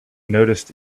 noticed